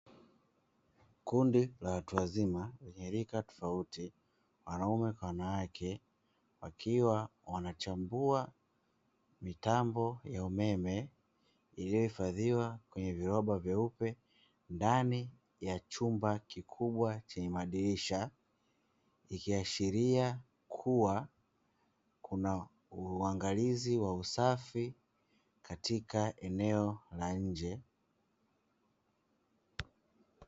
Kundi la watu wazima lenye rika tofauti wanaume kwa wanawake, wakiwa wanachambua mitambo ya umeme iliyohifadhiwa kwenye viroba vyeupe ndani ya chumba kikubwa chenye madirisha, ikiashiria kuwa kuna uangalizi wa usafi katika eneo la nje.